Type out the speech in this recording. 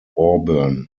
auburn